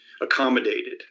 accommodated